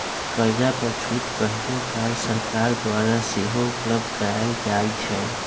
कर्जा पर छूट कहियो काल सरकार द्वारा सेहो उपलब्ध करायल जाइ छइ